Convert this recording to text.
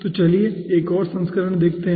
तो चलिए एक और संस्करण देखते हैं